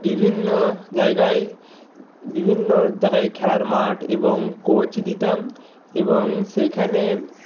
বিভিন্ন জায়গায় বিভিন্ন জায়গায় খেলার মাঠ এবং কোচ দিতাম এবং সেইখানে